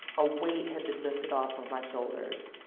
a weight had been lifted off of my shoulders.